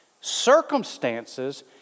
Circumstances